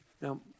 Now